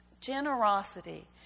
generosity